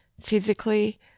physically